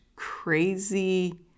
crazy